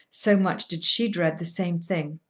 so much did she dread the same thing.